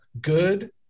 Good